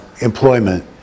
employment